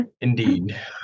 Indeed